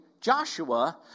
Joshua